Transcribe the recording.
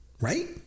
right